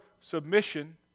submission